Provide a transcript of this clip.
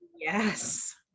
Yes